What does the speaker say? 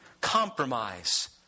compromise